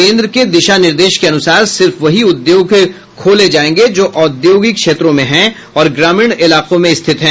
केन्द्र के दिशा निर्देश के अनुसार सिर्फ वही उद्योग खोले जायेंगे जो औद्योगिक क्षेत्रों में हैं और ग्रामीण इलाकों में स्थित है